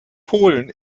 polen